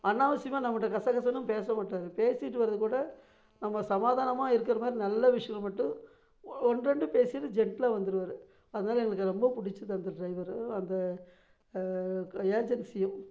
அனாவசியமாக நம்மக்கிட்ட கசகசன்னும் பேசமாட்டார் பேசிகிட்டு வரது கூட நம்ம சமாதானமாக இருக்குறமாதிரி நல்ல விஷியங்களை மட்டும் ஒன்ரெண்டு பேசிகிட்டு ஜென்டிலாக வந்துருவார் அதனால் எங்களுக்கு ரொம்ப பிடிச்சிது அந்த டிரைவரு அந்த ஏஜென்சியும்